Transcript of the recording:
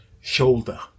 shoulder